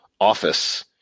office